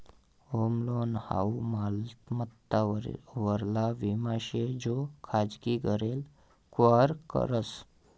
home loan हाऊ मालमत्ता वरला विमा शे जो खाजगी घरले कव्हर करस